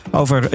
over